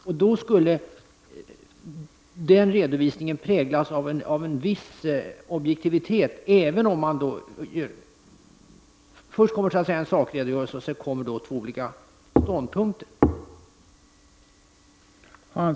Redovisningen skulle präglas av en viss objektivitet: först kommer en sakredogörelse, och sedan kommer två olika ståndpunkter.